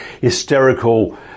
hysterical